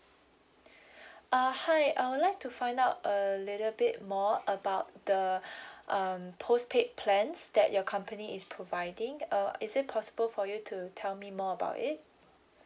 uh hi I would like to find out a little bit more about the um postpaid plans that your company is providing uh is it possible for you to tell me more about it